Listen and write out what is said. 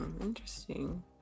Interesting